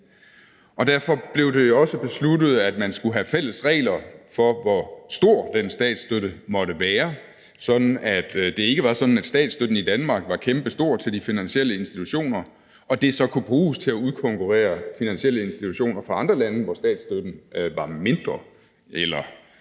Derfor blev det også besluttet, at man skulle have fælles regler for, hvor stor den statsstøtte måtte være, sådan at det ikke var sådan, at statsstøtten til de finansielle institutioner var kæmpestor i Danmark og det så kunne bruges til at udkonkurrere finansielle institutioner i andre lande, hvor statsstøtten var mindre